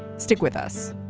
stick with us